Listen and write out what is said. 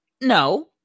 no